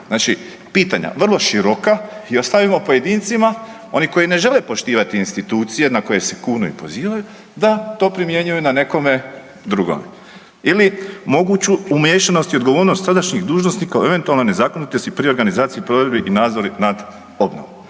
Znači pitanja vrlo široka i ostavimo pojedincima oni koji ne žele poštivati institucije na koje se kune i pozivaju da to primjenjuju na nekome drugome ili moguću umiješanost i odgovornost tadašnjih dužnosnika o eventualnoj nezakonitosti pri organizaciji i provedbi i nadzoru nad obnovom.